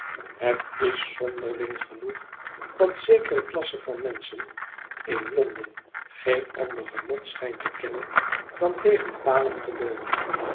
het is zonderling gen oeg dat zekere klasse van menschen in londen geen ander genot schijnt te kennen dan tegen palen te leunen